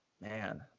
Man